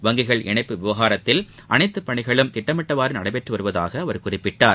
வங்கிகள் இணைப்பு விவகாரத்தில் அனைத்து பணிகளும் திட்டமிட்டபடி நடைபெற்று வருவதாக அவர் குறிப்பிட்டார்